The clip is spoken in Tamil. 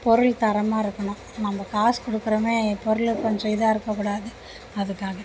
பொருள் தரமாக இருக்கணும் நம்ப காசு கொடுக்குறமே பொருள் கொஞ்சம் இதாக இருக்க கூடாது அதுக்காக